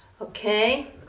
okay